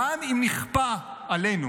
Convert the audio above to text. גם אם נכפה עלינו